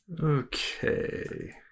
Okay